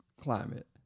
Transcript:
climate